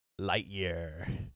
Lightyear